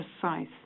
precise